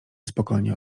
spokojnie